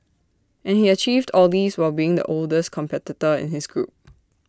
and he achieved all this while being the oldest competitor in his group